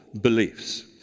beliefs